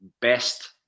best